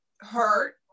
hurt